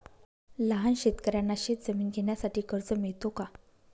लहान शेतकऱ्यांना शेतजमीन घेण्यासाठी कर्ज मिळतो का?